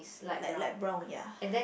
like light brown ya